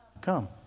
Come